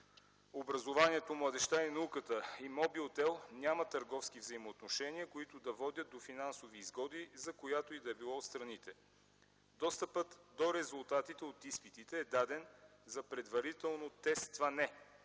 образованието, младежта и науката и Мобил тел няма търговски взаимоотношения, които да водят до финансови изгоди, за която и да било от страните. Достъпът до резултатите от изпитите е даден за предварително тестване